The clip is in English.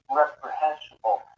reprehensible